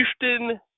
Houston